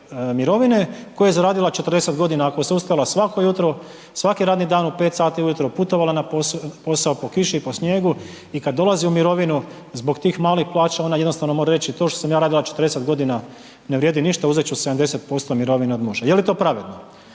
mirovine koju je zaradila 40 godina, ako se ustala svako jutro, svaki radni dan u 5 sati ujutro, putovala na posao po kiši i po snijegu i kad dolazi u mirovinu zbog tih malih plaća ona jednostavno mora reći to što sam ja radila 40 godina ne vrijedi ništa uzet ću 70% mirovine od muža. Je li to pravedno?